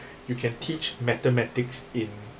you can teach mathematics in